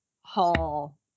hall